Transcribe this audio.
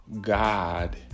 God